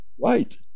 Right